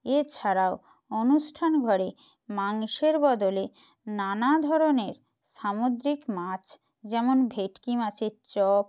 এছাড়াও অনুষ্ঠান ঘরে মাংসের বদলে নানা ধরনের সামুদ্রিক মাছ যেমন ভেটকি মাছের চপ